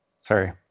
sorry